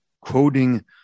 quoting